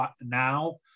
now